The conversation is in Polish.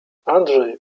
andrzej